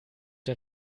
der